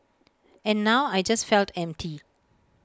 and now I just felt empty